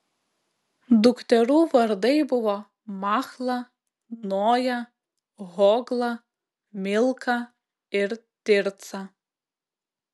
dukterų vardai buvo machla noja hogla milka ir tirca